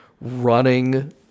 running